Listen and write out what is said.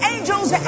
Angels